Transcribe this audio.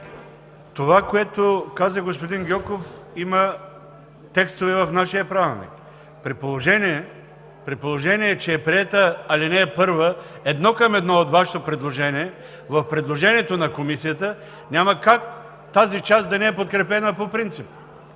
това, което каза господин Гьоков, има текстове в нашия Правилник. При положение че е приета ал. 1 едно към едно от Вашето предложение в предложението на Комисията, няма как тази част да не е подкрепена по принцип.